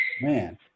man